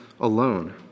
alone